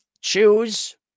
choose